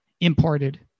imported